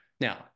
now